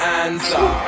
answer